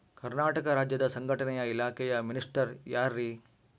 ಕರ್ನಾಟಕ ರಾಜ್ಯದ ಸಂಘಟನೆ ಇಲಾಖೆಯ ಮಿನಿಸ್ಟರ್ ಯಾರ್ರಿ?